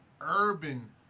urban